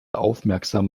aufmerksam